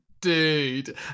dude